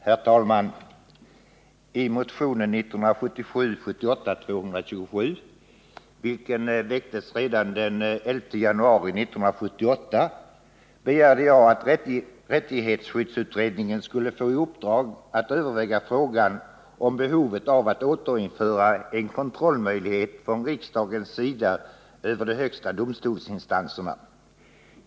Herr talman! I motionen 1977/78:227, vilken väcktes redan den 11 januari 1978, begärde jag att rättighetsskyddsutredningen skulle få i uppdrag att överväga frågan om behovet av att återinföra en möjlighet till kontroll från riksdagens sida över de högsta domstolsinstanserna.